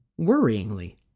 worryingly